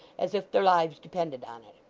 as if their lives depended on it.